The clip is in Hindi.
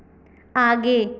आगे